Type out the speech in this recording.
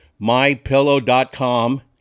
mypillow.com